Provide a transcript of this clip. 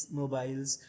mobiles